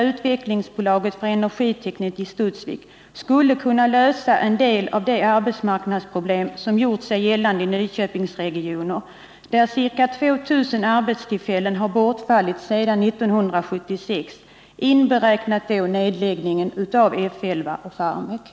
utvecklingsbolaget för energiteknik i Studsvik skulle kunna lösa en del av de arbetsmarknadsproblem som gjort sig gällande i Nyköpingsregionen, där ca 2 000 arbetstillfällen har bortfallit sedan 1976, inberäknat nedläggningen av F 11 och Farmek.